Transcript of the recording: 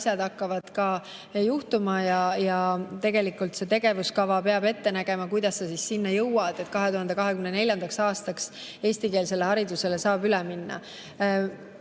asjad hakkavad juhtuma. Ja tegelikult see tegevuskava peab ette nägema, kuidas sa sinna jõuad, et 2024. aastaks eestikeelsele haridusele saab üle minna.